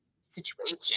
situation